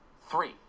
Three